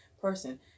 person